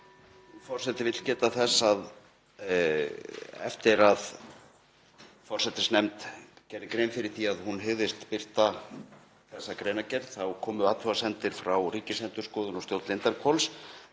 Forseti vill geta þess að eftir að forsætisnefnd gerði grein fyrir því að hún hygðist birta þessa greinargerð komu athugasemdir frá Ríkisendurskoðun og stjórn Lindarhvols